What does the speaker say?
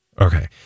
Okay